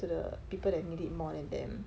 to the people that need it more than them